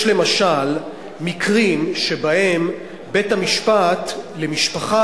יש למשל מקרים שבהם בית-המשפט למשפחה